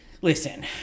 Listen